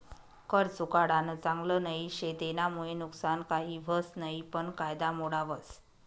कर चुकाडानं चांगल नई शे, तेनामुये नुकसान काही व्हस नयी पन कायदा मोडावस